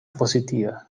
positiva